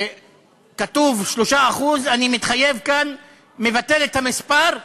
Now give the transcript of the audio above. כתוב 3%. אני מתחייב כאן, מבטל את המספר,